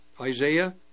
Isaiah